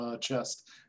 chest